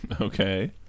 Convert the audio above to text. okay